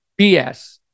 BS